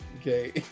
okay